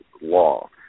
law